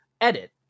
Edit